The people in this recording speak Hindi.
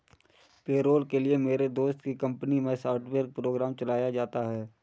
पेरोल के लिए मेरे दोस्त की कंपनी मै सॉफ्टवेयर प्रोग्राम चलाया जाता है